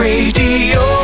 Radio